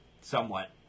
Somewhat